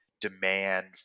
demand